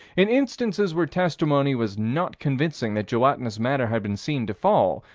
in instances where testimony was not convincing that gelatinous matter had been seen to fall,